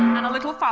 and a little